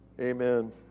Amen